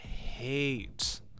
hate